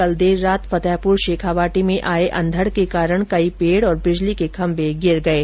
कल देर रात फतेहपुर शेखावाटी में आये अंधड के कारण कई पेड और बिजली के खम्भे गिर गये